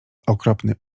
okropny